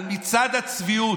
על מצעד הצביעות.